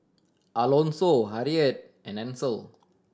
Alonso Harriett and Ansel